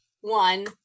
one